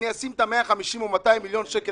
אני אשים את ה-150 או 200 מיליון שקלים